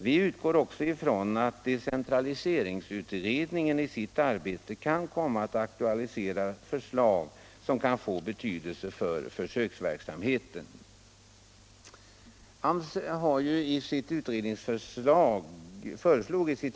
Vi utgår också ifrån att decentraliseringsutredningen i sitt arbete kan komma att aktualisera förslag av betydelse för försöksverksamheten.